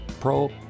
Pro